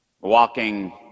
walking